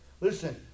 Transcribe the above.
Listen